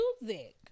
Music